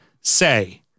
say